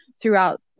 throughout